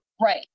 right